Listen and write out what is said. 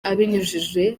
abinyujije